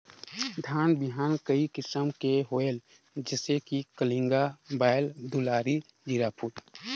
धान बिहान कई किसम के होयल जिसे कि कलिंगा, बाएल दुलारी, जीराफुल?